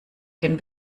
gen